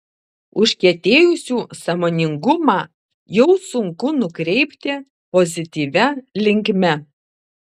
užkietėjusių sąmoningumą jau sunku nukreipti pozityvia linkme